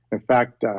in fact,